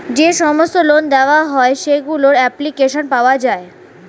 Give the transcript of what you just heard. যে সমস্ত লোন দেওয়া হয় সেগুলোর অ্যাপ্লিকেশন পাওয়া যায়